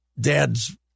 dad's